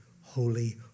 holy